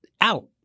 out